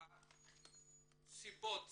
הסיבות